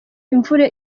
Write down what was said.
imvura